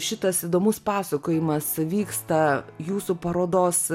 šitas įdomus pasakojimas vyksta jūsų parodos